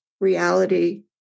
reality